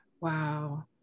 wow